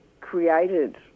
created